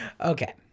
Okay